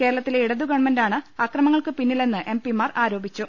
കേരളത്തിലെ ഇട തുഗവൺമെന്റാണ് അക്രമങ്ങൾക്കു പിന്നിലെന്ന് എം പി മാർ ആരോപിച്ചു